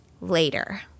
later